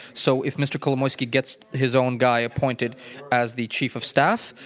so if mr. kolomoiskyi gets his own guy appointed as the chief of staff,